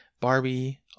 Barbie